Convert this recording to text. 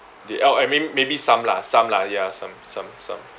the l~ I mean maybe some lah some lah ya some some some